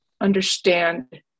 understand